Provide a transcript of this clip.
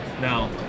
Now